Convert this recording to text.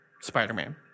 Spider-Man